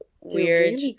weird